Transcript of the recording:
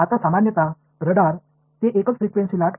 என்னிடம் ரேடார் இருக்கிறது என்று சொல்லலாம்